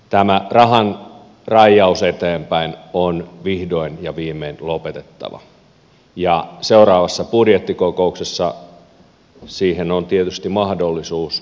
tämä rahan raijaus eteenpäin on vihdoin ja viimein lopetettava ja seuraavassa budjettikokouksessa siihen on tietysti mahdollisuus